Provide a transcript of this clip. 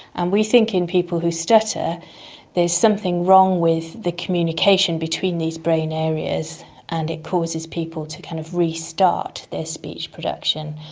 and we think in people who stutter there's something wrong with the communication between these brain areas and it causes people to kind of restart their speech production.